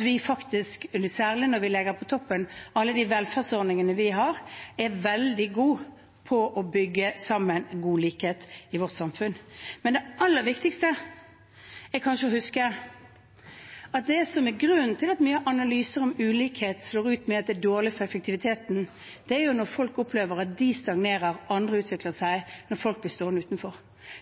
Vi er faktisk, særlig når vi legger på toppen alle de velferdsordningene vi har, veldig gode på å bygge god likhet i vårt samfunn. Men det aller viktigste er kanskje å huske at grunnen til at mange analyser om ulikhet slår ut med at det er dårlig for effektiviteten, er at folk opplever at de stagnerer og andre utvikler seg, og at folk blir stående utenfor.